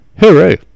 hooray